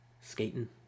skating